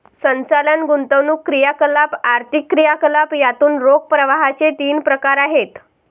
संचालन, गुंतवणूक क्रियाकलाप, आर्थिक क्रियाकलाप यातून रोख प्रवाहाचे तीन प्रकार आहेत